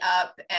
up